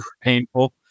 painful